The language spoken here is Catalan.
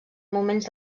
moments